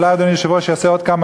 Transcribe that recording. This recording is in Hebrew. אולי אדוני היושב-ראש יעשה עוד כמה